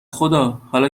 خدا، حالا